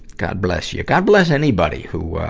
god bless you. god bless anybody who, ah,